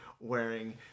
wearing